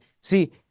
See